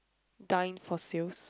dine for sales